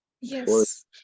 Yes